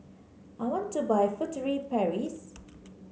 I want to buy Furtere Paris